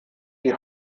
die